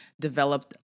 developed